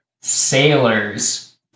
sailors